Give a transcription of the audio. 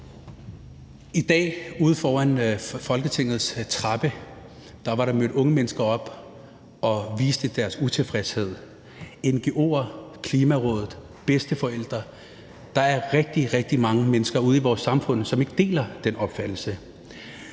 I dag ude foran Folketingets trappe var der mødt unge mennesker op for at vise deres utilfredshed – ngo'er, Klimarådet, bedsteforældre. Der er rigtig, rigtig mange mennesker ude i vores samfund, som ikke deler den opfattelse.